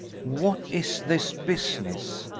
what is this business?